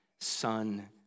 son